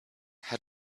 had